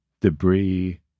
debris